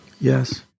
Yes